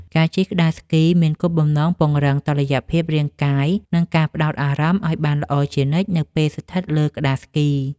ការជិះក្ដារស្គីមានគោលបំណងពង្រឹងតុល្យភាពរាងកាយ និងការផ្ដោតអារម្មណ៍ឱ្យបានល្អជានិច្ចនៅពេលស្ថិតលើក្ដារស្គី។